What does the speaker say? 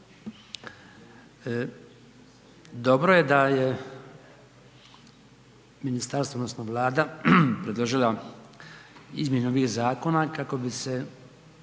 Dobro je da je ministarstvo odnosno Vlada predložila izmjenu ovih zakona kako bi se